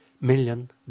million